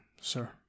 sir